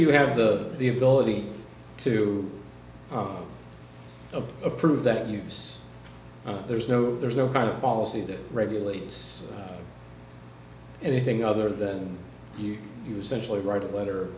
you have the the ability to approve that use there's no there's no kind of policy that regulates anything other than you you essentially write a letter